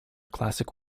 classic